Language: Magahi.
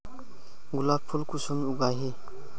गुलाब फुल कुंसम उगाही?